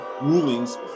rulings